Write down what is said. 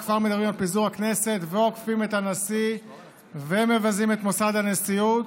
כבר מדברים על פיזור הכנסת ועוקפים את הנשיא ומבזים את מוסד הנשיאות.